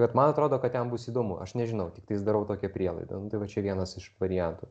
bet man atrodo kad ten bus įdomu aš nežinau tiktais darau tokią prielaidą nu tai čia vienas iš variantų